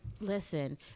listen